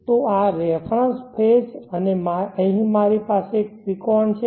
તો આ reference phase અને અહીં મારી પાસે એક ત્રિકોણ છે